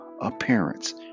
appearance